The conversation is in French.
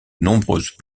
nombreuses